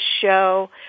show